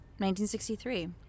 1963